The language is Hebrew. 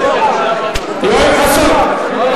זה לא חג דתי ולא חג